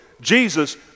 Jesus